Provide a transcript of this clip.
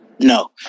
No